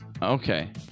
Okay